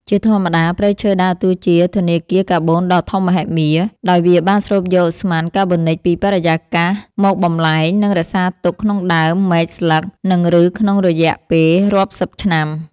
ជាធម្មតា ព្រៃឈើដើរតួជា ធនាគារកាបូនដ៏ធំមហិមា ដោយវាបានស្រូបយកឧស្ម័នកាបូនិចពីបរិយាកាសមកបំប្លែង និងរក្សាទុកក្នុងដើម មែក ស្លឹក និងឫសក្នុងរយៈពេលរាប់សិបឆ្នាំ។